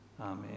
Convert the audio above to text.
Amen